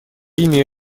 имя